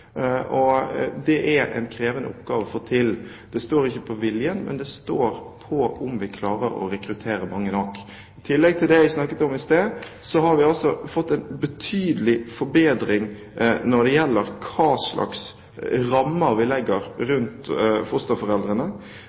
og det er det en krevende oppgave å få til. Det står ikke på viljen, men det står på om vi klarer å rekruttere mange nok. I tillegg til det jeg snakket om i sted, har vi fått en betydelig forbedring når det gjelder hva slags rammer vi legger rundt fosterforeldrene.